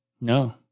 No